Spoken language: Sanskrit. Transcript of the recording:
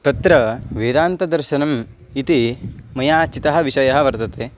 तत्र वेदान्तदर्शनम् इति मया चितः विषयः वर्तते